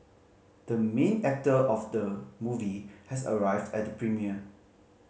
the main actor of the movie has arrived at the premiere